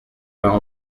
vingt